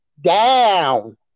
Down